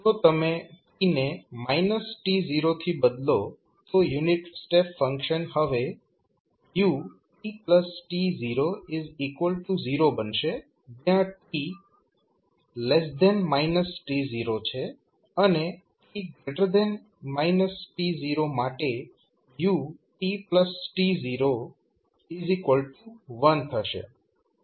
જો તમે t ને t0 થી બદલો તો યુનિટ સ્ટેપ ફંક્શન હવે utt00 બનશે જયાં t t0છે અને t t0 માટે utt01 થશે